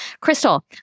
Crystal